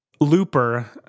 Looper